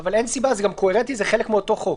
אבל אין סיבה, זה גם קוהרנטי, זה חלק מאותו חוק.